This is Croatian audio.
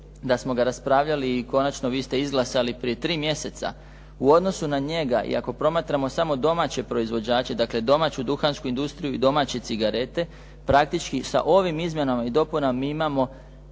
da smo ga raspravljali i konačno vi ste izglasali prije 3 mjeseca u odnosu na njega i ako promatramo samo domaće proizvođače, dakle domaću duhansku industriju i domaće cigarete, praktički sa ovim izmjenama i dopunama mi imamo